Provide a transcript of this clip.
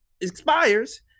expires